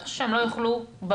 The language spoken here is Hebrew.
אתה חושב שהם לא יאכלו בבתים?